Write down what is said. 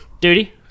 Duty